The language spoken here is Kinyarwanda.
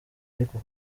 ariko